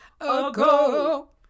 ago